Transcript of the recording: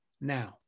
now